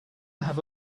have